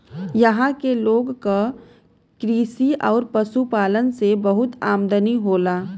इहां के लोग क कृषि आउर पशुपालन से बहुत आमदनी होला